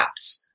apps